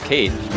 Kate